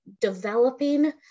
developing